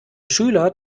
schüler